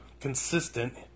consistent